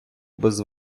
без